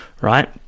right